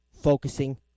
focusing